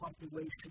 population